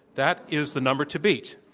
that is the number to beat.